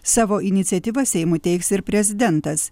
savo iniciatyva seimui teiks ir prezidentas